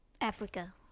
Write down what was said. Africa